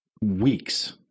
weeks